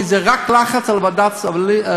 כי זה רק לחץ על ועדת הסל,